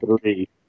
three